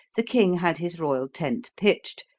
the king had his royal tent pitched,